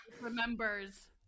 remembers